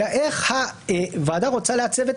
אלא איך הוועדה רוצה לעצב.